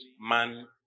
man